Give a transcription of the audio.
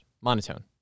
Monotone